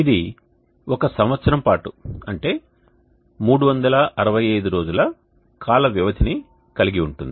ఇది ఒక సంవత్సరం పాటు అంటే 365 రోజుల కాల వ్యవధిని కలిగి ఉంటుంది